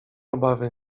obawy